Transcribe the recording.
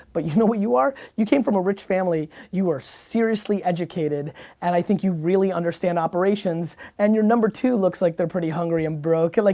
but you know what you are, you came from a rich family, you are seriously educated and i think you really understand operations, and your number two looks like they're pretty hungry and broke, like